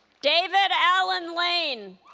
david allan lane